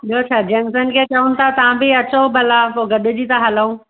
ॿियो छा जेंट्सनि खे चऊं था तव्हां बि अचो भला पोइ गॾिजी था हलूं